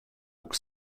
och